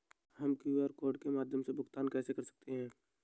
हम QR code के माध्यम से भुगतान कैसे कर सकते हैं?